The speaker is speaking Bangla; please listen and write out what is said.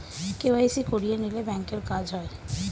কে.ওয়াই.সি করিয়ে নিলে ব্যাঙ্কের কাজ হয়